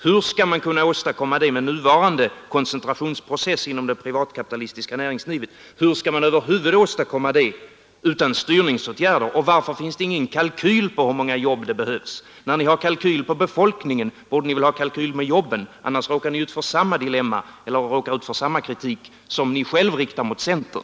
Hur skall man kunna åstadkomma det med nuvarande koncentrationsprocess inom det privatkapitalistiska näringslivet? Hur skall man över huvud taget åstadkomma det utan styrningsåtgärder? Och varför finns det inga kalkyler på hur många jobb som behövs? När ni har kalkyler för befolkningen, borde ni väl ha kalkyler för jobben, annars råkar ni ut för samma kritik som ni själva riktar mot centern.